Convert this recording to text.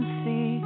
see